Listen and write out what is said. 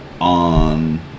on